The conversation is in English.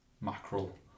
Mackerel